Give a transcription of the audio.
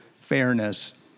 fairness